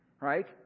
Right